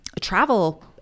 travel